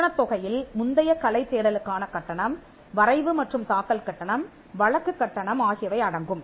கட்டணத் தொகையில் முந்தைய கலை தேடலுக்கான கட்டணம் வரைவு மற்றும் தாக்கல் கட்டணம் வழக்கு கட்டணம் ஆகியவை அடங்கும்